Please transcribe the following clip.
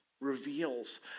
reveals